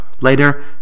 Later